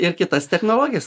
ir kitas technologijas